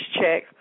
check